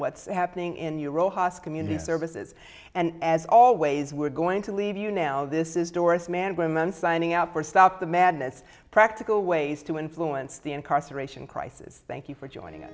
what's happening in your rojas community services and as always we're going to leave you now this is doris manned by men signing up for stop the madness practical ways to influence the incarceration crisis thank you for joining u